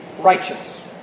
righteous